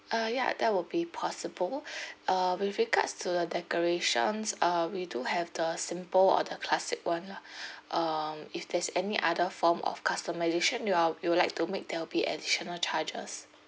uh ya that will be possible uh with regards to the decorations uh we do have the simple or the classic one lah um if there's any other form of customization you uh you would like to make there will be additional charges